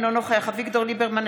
אינו נוכח אביגדור ליברמן,